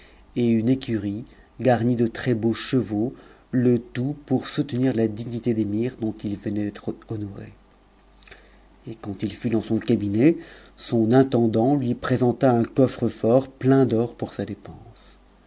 et une écurie garnie de très-beaux chevaux le tout pour soutenir la dignité d'émir dont il venait d'être honoré et quand il fut dans son cabinet son intendant lui présenta un coffre-fort plein d'or pour sa dépense